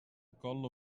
collo